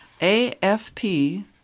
AFP